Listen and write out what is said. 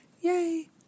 Yay